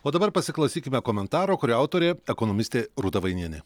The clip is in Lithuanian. o dabar pasiklausykime komentaro kurio autorė ekonomistė rūta vainienė